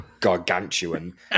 gargantuan